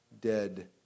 dead